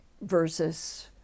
versus